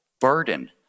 burden